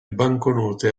banconote